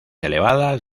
elevadas